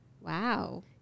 Wow